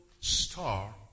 star